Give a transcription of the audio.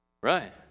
Right